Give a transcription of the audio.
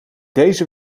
deze